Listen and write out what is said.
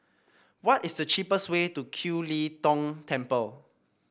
what is the cheapest way to Kiew Lee Tong Temple